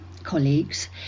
colleagues